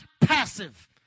passive